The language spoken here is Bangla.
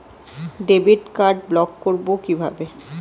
ডেবিট কার্ড ব্লক করব কিভাবে?